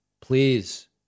please